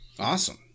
Awesome